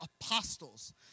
apostles